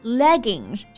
leggings